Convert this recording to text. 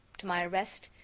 to my arrest,